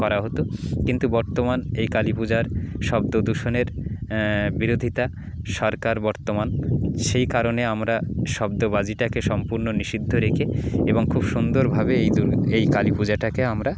করা হতো কিন্তু বর্তমান এই কালী পূজার শব্দ দূষণের বিরোধিতা সরকার বর্তমান সেই কারণে আমরা শব্দ বাজিটাকে সম্পূর্ণ নিষিদ্ধ রেখে এবং খুব সুন্দরভাবে এই দূর এই কালি পূজাটাকে আমরা